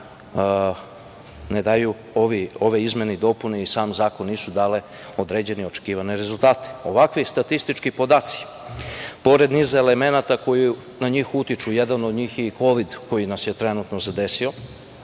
da ove izmene i dopune i sam zakon nisu dali određene očekivane rezultate. Ovakvi statistički podaci, pored niza elemenata koji na njih utiču, jedan od njih je i kovid koji nas je trenutno zadesio,